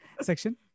section